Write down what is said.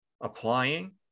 applying